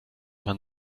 man